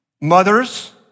Mothers